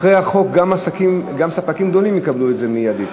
אחרי החוק גם ספקים גדולים יקבלו את זה מייד,